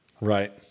Right